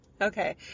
Okay